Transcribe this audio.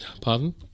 Pardon